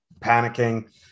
panicking